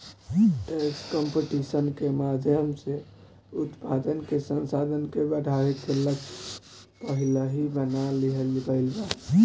tax competition के माध्यम से उत्पादन के संसाधन के बढ़ावे के लक्ष्य पहिलही बना लिहल गइल बा